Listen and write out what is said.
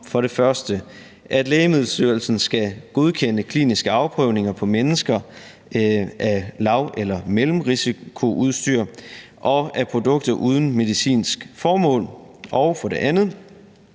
om reglerne om, at Lægemiddelstyrelsen skal godkende kliniske afprøvninger på mennesker af lav- eller mellemrisikoudstyr og af produkter uden medicinsk formål, og for det andet